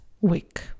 week